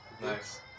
Nice